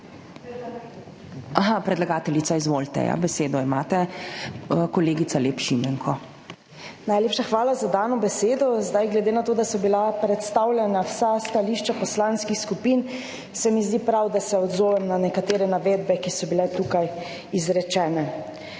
Predlagateljica, izvolite, besedo imate, kolegica Lep Šimenko. **SUZANA LEP ŠIMENKO (PS SDS):** Najlepša hvala za dano besedo. Glede na to, da so bila predstavljena vsa stališča poslanskih skupin, se mi zdi prav, da se odzovem na nekatere navedbe, ki so bile tukaj izrečene.